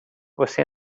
você